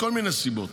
מכל מיני סיבות,